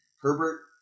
herbert